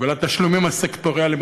ולתשלומים הסקטוריאליים.